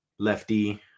lefty